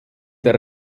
der